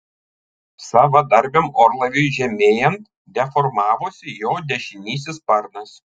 savadarbiam orlaiviui žemėjant deformavosi jo dešinysis sparnas